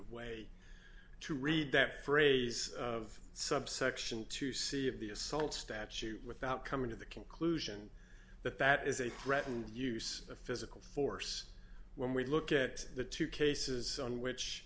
way to read that phrase of subsection to see of the assault statute without coming to the conclusion that that is a threatened use of physical force when we look at the two cases in which